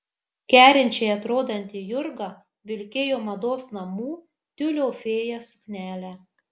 kerinčiai atrodanti jurga vilkėjo mados namų tiulio fėja suknelę